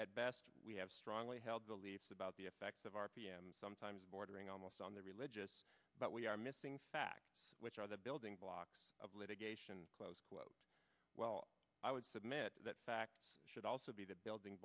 at best we have strongly held beliefs about the effects of r p m sometimes bordering almost on the religious but we are missing facts which are the building blocks of litigation close well i would submit that facts should also be the building